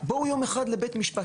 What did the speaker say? בואו יום אחד לבית משפט.